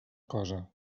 cosa